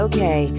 Okay